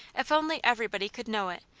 if only everybody could know it,